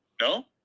No